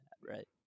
right